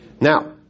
now